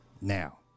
Now